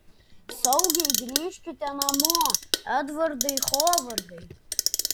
saugiai grįžkite namo edvardai hovardai